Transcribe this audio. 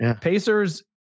Pacers